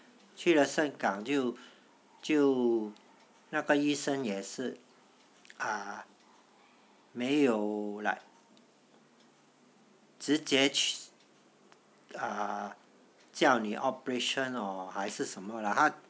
去了盛港就就那个医生也是没有 like 直接 uh 叫你 operation or 还是什么 lah